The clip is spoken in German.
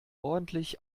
ordentlich